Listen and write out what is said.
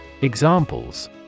Examples